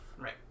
Right